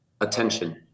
Attention